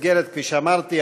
כפי שאמרתי,